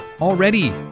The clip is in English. already